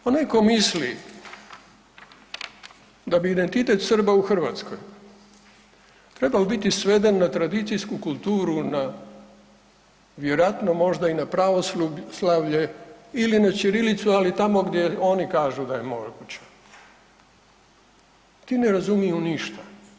Pa netko misli da bi identitet Srba u Hrvatskoj trebao biti sveden na tradicijsku kulturu, na vjerojatno možda i na pravoslavlje ili na ćirilicu, ali tamo gdje oni kažu da je moguće, ti ne razumiju ništa.